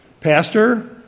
Pastor